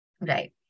Right